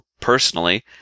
personally